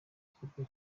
gikorwa